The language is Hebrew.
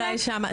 אולי שם.